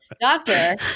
doctor